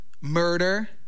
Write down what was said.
murder